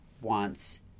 wants